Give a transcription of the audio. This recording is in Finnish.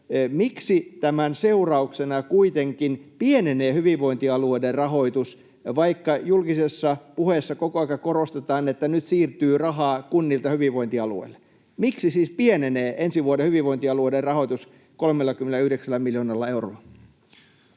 Miksi tämän seurauksena kuitenkin pienenee hyvinvointialueiden rahoitus, vaikka julkisessa puheessa koko aika korostetaan, että nyt siirtyy rahaa kunnilta hyvinvointialueille? Miksi siis ensi vuoden hyvinvointialueiden rahoitus pienenee 39 miljoonalla eurolla?